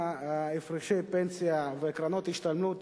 הפרשי פנסיה וקרנות השתלמות